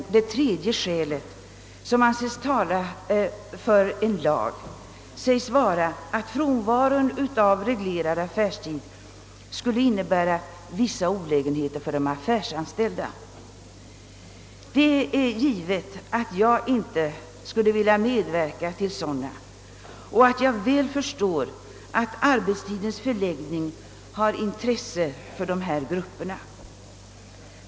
Det tredje skäl som anses tala för en lag säges vara att frånvaron av reglerad affärstid skulle innebära vissa olägenheter för de affärsanställda. Det är givet att jag inte skulle vilja medverka till sådana olägenheter och att jag väl förstår att arbetstidens förläggning har intresse för dessa grupper.